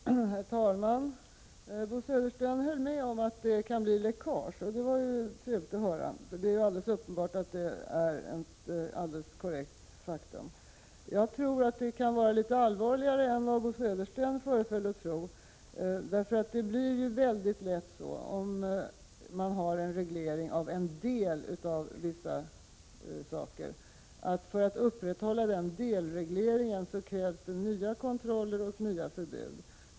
Herr talman! Bo Södersten höll med om att det kan bli läckage. Det var trevligt att höra, för det är alldeles uppenbart att detta är ett korrekt återgivet faktum. Jag tror att detta kan vara allvarligare än vad Bo Södersten föreföll att anse. Om man har en reglering som gäller bara vissa delar blir det lätt så att man för att upprätthålla denna delreglering måste tillgripa nya kontroller och nya förbud.